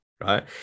Right